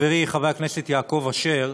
חברי חבר הכנסת יעקב אשר,